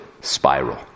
spiral